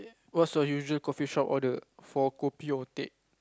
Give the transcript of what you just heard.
what's your usual coffeeshop order for kopi or teh